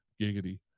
Giggity